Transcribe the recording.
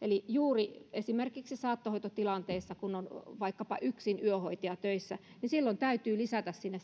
eli juuri esimerkiksi saattohoitotilanteessa kun on vaikkapa yksin yöhoitaja töissä silloin täytyy lisätä sinne